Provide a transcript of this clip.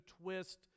twist